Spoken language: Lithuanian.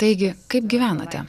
taigi kaip gyvenate